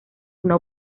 una